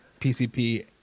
PCP